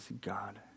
God